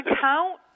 count